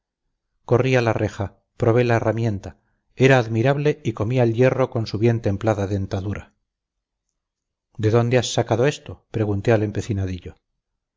a la reja probé la herramienta era admirable y comía el hierro con su bien templada dentadura de dónde has sacado esto pregunté al empecinadillo mocavelde me